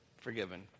forgiven